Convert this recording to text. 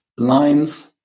Lines